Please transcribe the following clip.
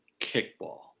kickball